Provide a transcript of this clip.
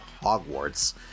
Hogwarts